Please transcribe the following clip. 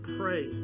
pray